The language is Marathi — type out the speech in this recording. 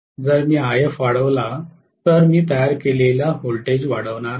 जर मी If वाढवला तर मी तयार केलेला व्होल्टेज वाढवणार आहे